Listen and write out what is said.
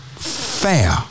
fair